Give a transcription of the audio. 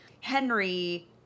Henry